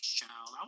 child